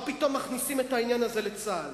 מה פתאום מכניסים את העניין הזה לצה"ל?